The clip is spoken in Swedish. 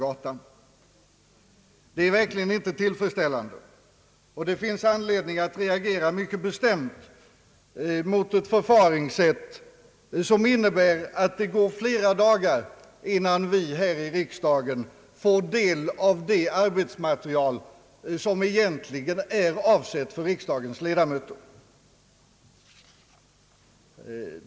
Detta är verkligen inte tillfredsställande, och det finns anledning att reagera mycket bestämt mot ett förfaringssätt som innebär att det går flera dagar innan vi här i riksdagen får del av det arbetsmaterial som egentligen är avsett för riksdagens ledamöter.